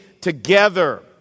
together